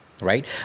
right